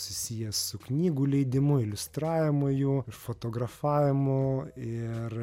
susijęs su knygų leidimu iliustravimu jų ir fotografavimu ir